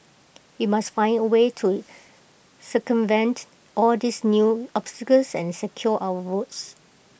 we must find A way to circumvent all these new obstacles and secure our votes